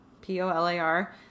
P-O-L-A-R